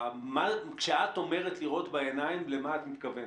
כשאת אומרת לראות בעיניים, למה את מתכוונת?